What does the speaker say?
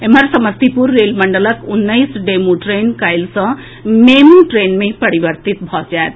एम्हर समस्तीपुर रेल मंडलक उन्नैस डेमू ट्रेन काल्हि सॅ मेमू ट्रेन मे परिवर्तित भऽ जायत